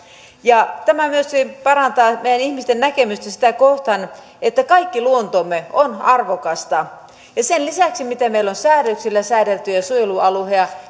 tämä myöskin parantaa meidän ihmisten näkemystä sitä kohtaan että kaikki luontomme on arvokasta ja sen lisäksi mitä meillä on säädöksillä säädeltyjä suojelualueita